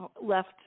left